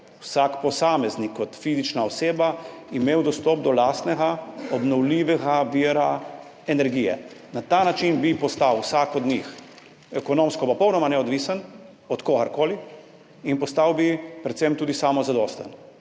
vsak posameznik kot fizična oseba imel dostop do lastnega obnovljivega vira energije. Na ta način bi postal vsak od njih ekonomsko popolnoma neodvisen od kogarkoli in postal bi predvsem tudi samozadosten.